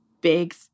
big